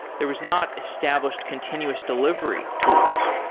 there was not established continuous delivery tools.